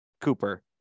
Cooper